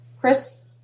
Chris